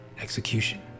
Execution